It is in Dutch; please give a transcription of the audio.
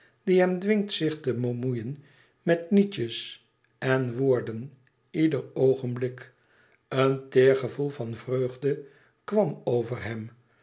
die hem dwingt zich te bemoeien met nietsjes en woorden ieder oogenblik een teêr gevoel van vreugde kwam over hem